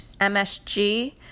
MSG